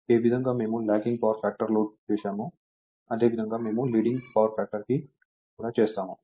ఏ విధంగా మేము lagging power factor load చేశామో అదే విధంగా మేము లీడింగ్ పవర్ ఫ్యాక్టర్ కి కూడా చేస్తాము